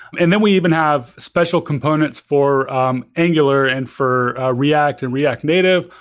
and then we even have special components for um angular and for react and react native,